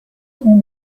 اون